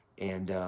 and